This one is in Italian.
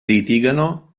litigano